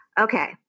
Okay